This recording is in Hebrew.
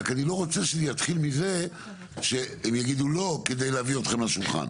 אני לא רוצה שזה יתחיל מזה שהם יגידו לא כדי להביא אתכם לשולחן.